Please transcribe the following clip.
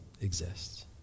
exists